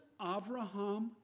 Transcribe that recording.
Avraham